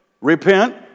repent